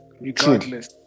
regardless